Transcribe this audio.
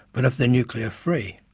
but of the nuclear-free.